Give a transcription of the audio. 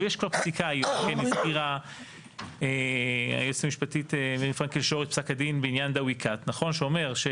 יש כבר פסיקה --- בעניין פסק הדין שאומר,